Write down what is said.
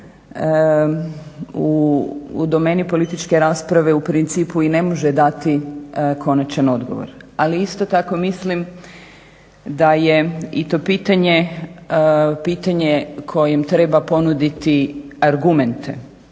u domeni političke rasprave u principu i ne može dati konačan odgovor. Ali isto tako mislim da je i to pitanje, pitanje kojem treba ponuditi argumente